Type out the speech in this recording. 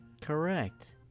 Correct